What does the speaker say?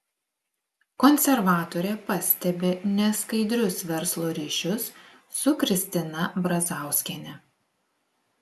konservatorė pastebi neskaidrius verslo ryšius su kristina brazauskiene